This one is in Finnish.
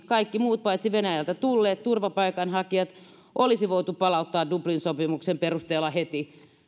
kaikki muut paitsi venäjältä tulleet turvapaikanhakijat olisi voitu palauttaa dublinin sopimuksen perusteella heti